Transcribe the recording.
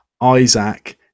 Isaac